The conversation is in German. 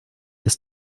ist